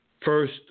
First